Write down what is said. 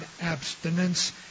abstinence